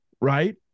right